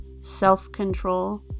self-control